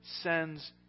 sends